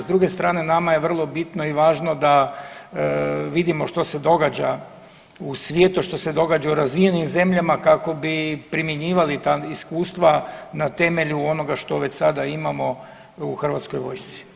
S druge strane nama je vrlo bitno i važno da vidimo što se događa u svijetu, što se događa u razvijenim zemljama kako bi primjenjivali ta iskustava na temelju onoga što već sada imamo u hrvatskoj vojsci.